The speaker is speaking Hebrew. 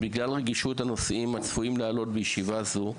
בגלל רגישות הנושאים הצפויים לעלות בישיבה זו,